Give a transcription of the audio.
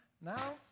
Now